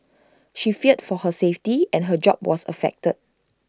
she feared for her safety and her job was affected